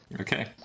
Okay